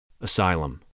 Asylum